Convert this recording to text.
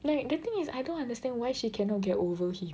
like the thing is I don't understand why she cannot get over him